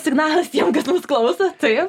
signalas tiem kas mus klauso taip